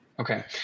Okay